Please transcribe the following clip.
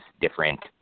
different